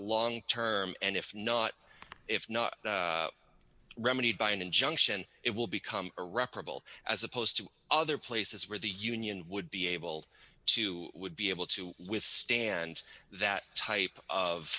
long term and if not if not remedied by an injunction it will become irreparable as opposed to other places where the union would be able to would be able to withstand that type of